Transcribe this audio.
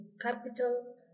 capital